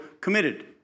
committed